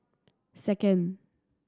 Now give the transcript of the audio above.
second